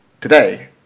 today